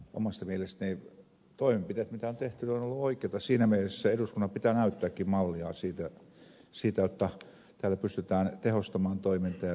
omasta mielestäni toimenpiteet mitä on tehty ovat olleet oikeita siinä mielessä että eduskunnan pitää näyttääkin mallia siitä jotta täällä pystytään tehostamaan toimintaa ja säästämään